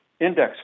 index